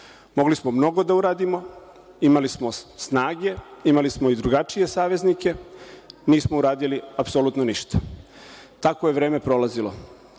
Mogli smo mnogo da uradimo, imali smo snage, imali smo i drugačije saveznike, nismo uradili apsolutno ništa. Tako je vreme prolazilo.